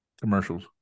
commercials